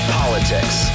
politics